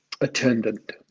attendant